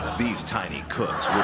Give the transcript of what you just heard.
these tiny cooks